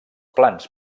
plans